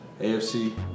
AFC